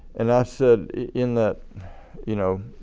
and i said in that you know